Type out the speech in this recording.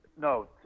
No